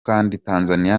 tanzania